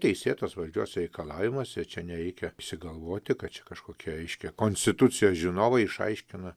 teisėtos valdžios reikalavimas ir čia nereikia išsigalvoti kad čia kažkokie reiškia konstitucijos žinovai išaiškina